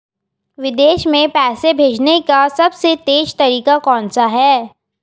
विदेश में पैसा भेजने का सबसे तेज़ तरीका कौनसा है?